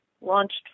launched